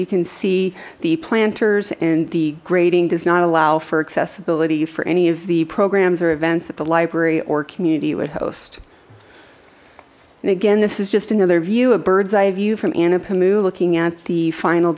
you can see the planters and the grading does not allow for accessibility for any of the programs or events that the library or community would host again this is just another view a bird's eye view from anna pamela king at the final